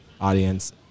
audience